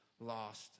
lost